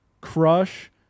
crush